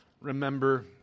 remember